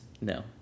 No